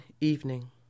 evening